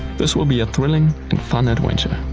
this will be a thrilling and fun adventure!